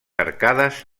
arcades